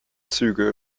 züge